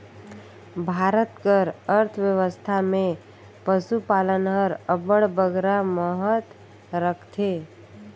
भारत कर अर्थबेवस्था में पसुपालन हर अब्बड़ बगरा महत रखथे